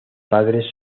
padres